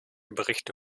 berichte